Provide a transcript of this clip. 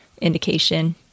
indication